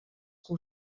que